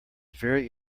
very